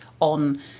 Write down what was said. on